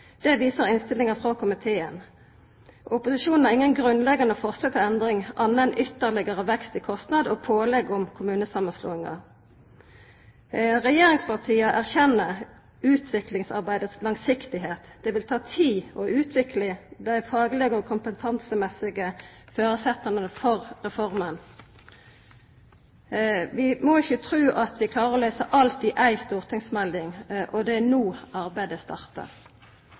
Det viser innstillinga frå komiteen. Opposisjonen har ingen grunnleggjande forslag til endring, anna enn ytterlegare vekst i kostnader og pålegg om kommunesamanslåingar. Regjeringspartia erkjenner utviklingsarbeidets langsiktigheit. Det vil ta tid å utvikla dei faglege og kompetansemessige føresetnadene for reforma. Vi må ikkje tru at vi klarer å løysa alt i éi stortingsmelding. Det er no arbeidet startar.